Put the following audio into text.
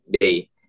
day